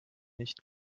nicht